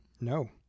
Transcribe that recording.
No